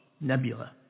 nebula